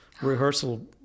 Rehearsal